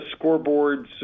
scoreboards